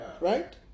Right